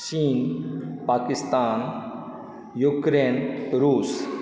चीन पाकिस्तान यूक्रेन रुस